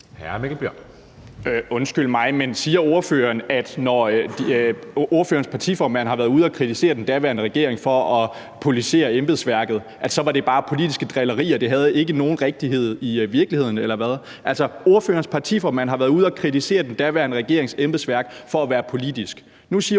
10:37 Mikkel Bjørn (DF): Undskyld mig, men siger ordføreren, at når ordførerens partiformand har været ude at kritisere den daværende regering for at politisere embedsværket, så var det bare politiske drillerier, og at det ikke havde nogen rigtighed i virkeligheden, eller hvad? Altså, ordførerens partiformand har været ude at kritisere den daværende regerings embedsværk for at være politisk. Nu siger ordføreren: